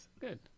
Good